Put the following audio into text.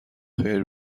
خیر